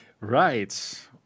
Right